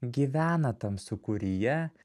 gyvena tam sukūryje